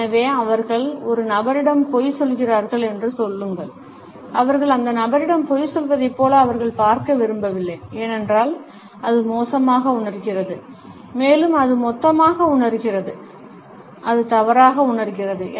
எனவே அவர்கள் ஒரு நபரிடம் பொய் சொல்கிறார்கள் என்று சொல்லுங்கள் அவர்கள் அந்த நபரிடம் பொய் சொல்வதைப் போல அவர்கள் பார்க்க விரும்பவில்லை ஏனென்றால் அது மோசமாக உணர்கிறது மேலும் அது மொத்தமாக உணர்கிறது அது தவறாக உணர்கிறது